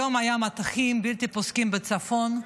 היום היו מטחים בלתי פוסקים בצפון.